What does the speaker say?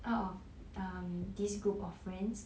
out of um these group of friends